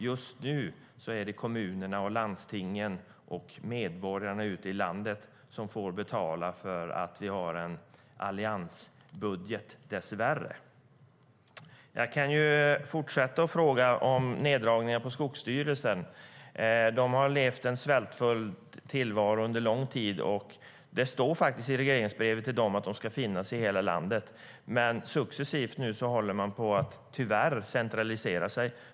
Just nu är det kommunerna och landstingen och medborgarna ute i landet som får betala för att vi dessvärre har en alliansbudget. Jag kan fortsätta med att fråga om neddragningen på Skogsstyrelsen. De har levt en svältfödd tillvaro under lång tid. I regleringsbrevet till dem står det att de ska finnas i hela landet. Men de håller tyvärr på att successivt centralisera sig.